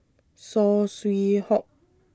Saw Swee Hock